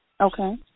Okay